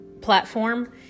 platform